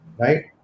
right